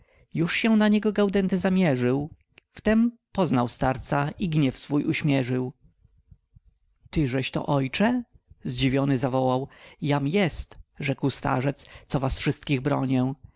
już się na niego gaudenty zamierzył wtem poznał starca i gniew swój uśmierzył tyżeśto ojcze zdziwiony zawołał jam jest rzekł starzec co was wszystkich bronię